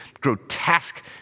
grotesque